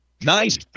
Nice